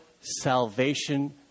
salvation